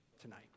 tonight